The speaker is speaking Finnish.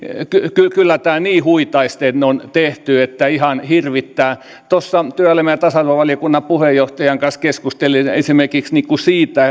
kyllä kyllä tämä niin huitaisten on tehty että ihan hirvittää tuossa työelämä ja ja tasa arvovaliokunnan puheenjohtajan kanssa keskustelin esimerkiksi siitä